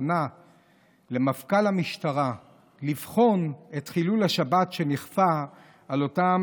שפנה למפכ"ל המשטרה לבחון את חילול השבת שנכפה על אותם